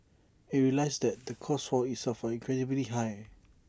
IT realises the costs for itself incredibly high